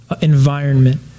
environment